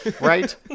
right